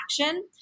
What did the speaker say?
action